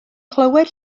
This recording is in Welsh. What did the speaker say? clywed